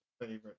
favorite